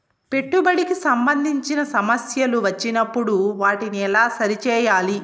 పెట్టుబడికి సంబంధించిన సమస్యలు వచ్చినప్పుడు వాటిని ఎలా సరి చేయాలి?